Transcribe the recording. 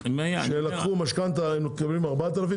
שלקחנו משכנתא ב-4,000,